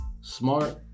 smart